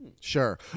Sure